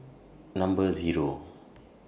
Number Zero